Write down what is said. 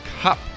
Cup